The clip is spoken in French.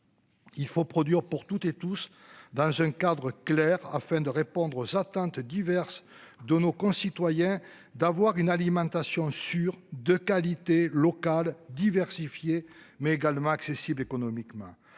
Il faut produire pour toutes et tous dans un cadre clair afin de répondre aux atteintes diverses de nos concitoyens d'avoir une alimentation sûre de qualité local diversifiée mais également accessible économiquement.